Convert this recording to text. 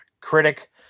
critic